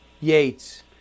Yates